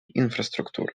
інфраструктури